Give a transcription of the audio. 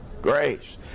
grace